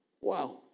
Wow